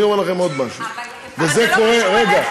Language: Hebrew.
ואני אומר לכם עוד משהו, אבל זה לא קשור אליך.